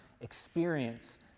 experience